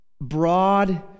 broad